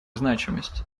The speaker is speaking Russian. значимость